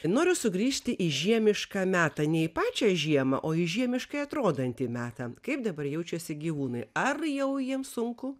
noriu sugrįžti į žiemišką metą ne į pačią žiemą o į žiemiškai atrodantį metą kaip dabar jaučiuosi gyvūnai ar jau jiems sunku